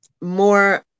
more